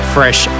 Fresh